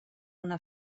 una